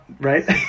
Right